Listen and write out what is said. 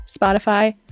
Spotify